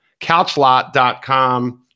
couchlot.com